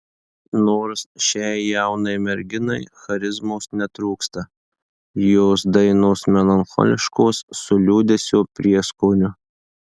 nors šiai jaunai merginai charizmos netrūksta jos dainos melancholiškos su liūdesio prieskoniu